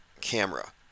camera